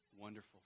Wonderful